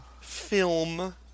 Film